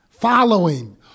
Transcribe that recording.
following